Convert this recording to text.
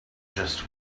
just